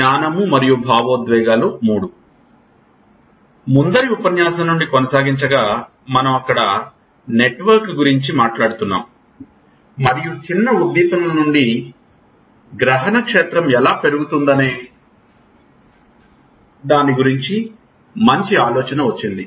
జ్ఞానంమరియుభావోద్వేగాలు 3 ముందరి ఉపన్యాసం నుండి కొనసాగినుంచగా మనము అక్కడ నెట్వర్క్ గురించి మాట్లాడుతున్నాము మరియు చిన్న ఉద్దీపనల నుండి గ్రహణ క్షేత్రం ఎలా పెరుగుతుందనే దాని గురించి మంచి ఆలోచన వచ్చింది